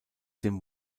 dem